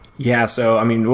yeah. so i mean,